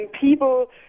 People